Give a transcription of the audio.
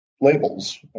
labels